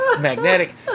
magnetic